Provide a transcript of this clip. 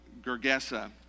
Gergesa